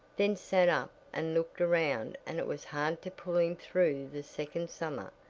then sat up and looked around and it was hard to pull him through the second summer.